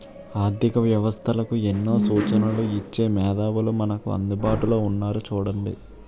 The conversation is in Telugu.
ఆర్థిక వ్యవస్థలకు ఎన్నో సూచనలు ఇచ్చే మేధావులు మనకు అందుబాటులో ఉన్నారు చూడండి